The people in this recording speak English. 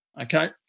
Okay